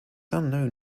unknown